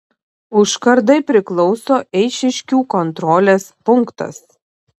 užkardai priklauso eišiškių kontrolės punktas